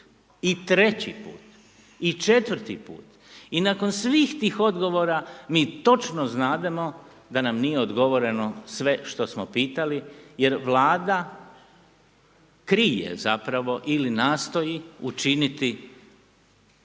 i treći put i četvrti put. I nakon svih tih odgovora mi točno znademo da nam nije odgovoreno sve što smo pitali jer Vlada krije zapravo ili nastoji učiniti